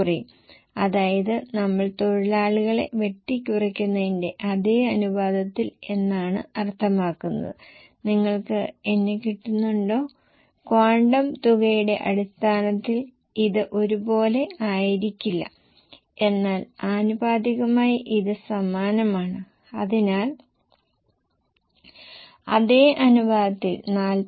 മറ്റ് നിർമ്മാണച്ചെലവുകൾ അത് 10 ശതമാനമോ 12 ശതമാനമോ ആയി ഉയരും കാരണം മറ്റെല്ലാ ചെലവുകളും അവ ഫിക്സഡ് സ്വഭാവമുള്ളതായാലും 10 അല്ലെങ്കിൽ 12 ആയി ഉയരും അതിനാൽ ഒരു ഘടകവും വേരിയബിൾ അല്ല